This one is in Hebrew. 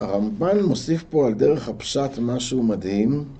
‫הרמבן מוסיף פה על דרך ‫הפשט משהו מדהים.